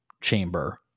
chamber